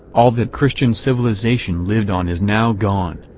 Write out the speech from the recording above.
all that christian civilization lived on is now gone.